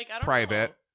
private